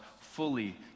fully